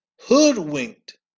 hoodwinked